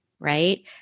Right